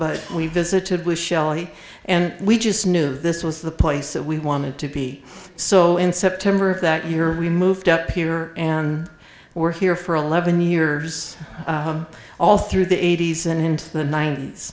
but we visited with shelley and we just knew this was the place that we wanted to be so in september of that year we moved up here and we're here for eleven years all through the eighty's and into the ninet